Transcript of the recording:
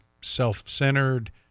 self-centered